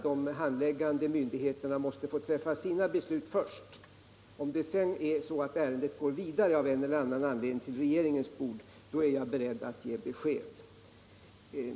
De handläggande myndigheterna måste få träffa sina beslut först. Om ärendet sedan av en eller annan anledning går vidare till regeringens bord, är jag beredd att ge besked på den punkten.